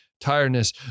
tiredness